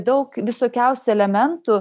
daug visokiausių elementų